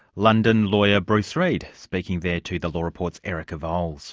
london lawyer bruce reid, speaking there to the law report's erica vowles